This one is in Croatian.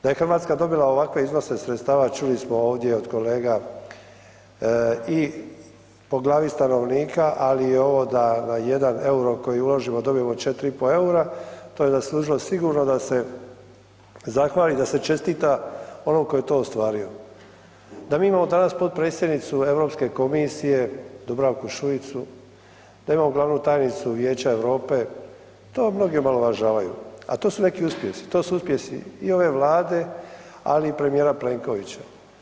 Da je RH dobila ovakve iznose sredstava čuli smo ovdje od kolega i po glavi stanovnika, ali i ovo da, da jedan EUR-o koji uložimo dobijemo 4 i po EUR-a, to je zaslužilo sigurno da se zahvali i da se čestita onom ko je to ostvario, da mi imamo danas potpredsjednicu Europske komisije Dubravku Šuicu, da imamo glavnu tajnicu Vijeća Europe, to mnogi omalovažavaju, a to su neki uspjesi, to su uspjesi i ove Vlade, ali i premijera Plenkovića.